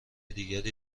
دیگری